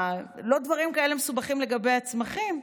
לא דברים כאלה מסובכים לגבי הצמחים,